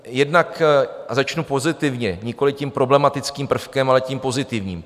Jednak, a začnu pozitivně, nikoliv tím problematickým prvkem, ale tím pozitivním.